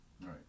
Right